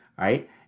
right